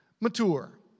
mature